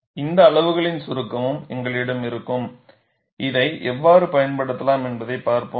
இந்த அளவுகளின் சுருக்கமும் எங்களிடம் இருக்கும் இதை எவ்வாறு பயன்படுத்தலாம் என்பதைப் பார்ப்போம்